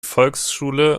volksschule